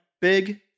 big